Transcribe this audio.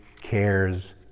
cares